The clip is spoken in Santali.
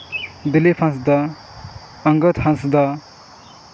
ᱫᱤᱞᱤᱯ ᱦᱟᱸᱥᱫᱟ ᱯᱟᱝᱜᱚᱛ ᱦᱟᱸᱥᱫᱟ